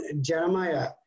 Jeremiah